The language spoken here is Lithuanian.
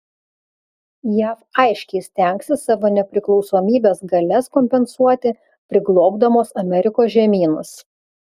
jav aiškiai stengsis savo nepriklausomybės galias kompensuoti priglobdamos amerikos žemynus